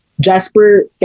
Jasper